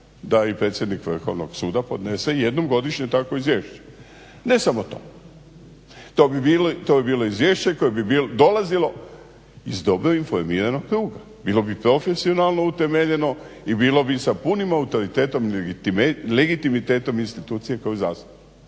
da i predsjednik Vrhovnog suda podnese jednom godišnje takvo izvješće. Ne samo to, to bi bilo izvješće koje bi dolazilo iz dobro informiranog kruga. Bilo bi profesionalno utemeljeno i bilo bi sa punim autoritetom legitimitetom institucije kao … jer